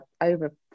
over